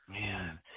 Man